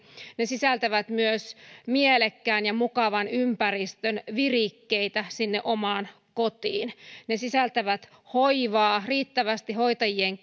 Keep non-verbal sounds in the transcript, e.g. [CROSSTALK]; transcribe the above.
ne sisältävät myös mielekkään ja mukavan ympäristön virikkeitä sinne omaan kotiin ne sisältävät hoivaa riittävästi hoitajien [UNINTELLIGIBLE]